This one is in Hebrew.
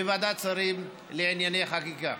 בוועדת שרים לענייני חקיקה.